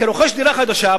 כרוכש דירה חדשה,